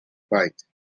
bite